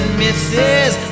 misses